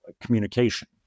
communication